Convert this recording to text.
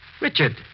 Richard